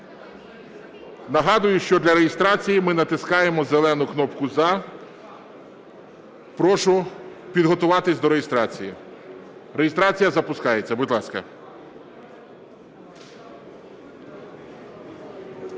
Нагадую, що для реєстрації, ми натискаємо зелену кнопку "за". Прошу підготуватись до реєстрації. Реєстрація запускається. Будь ласка.